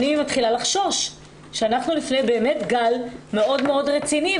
אני מתחילה לחשוש שאנחנו עומדים לפני גל מאוד מאוד רציני.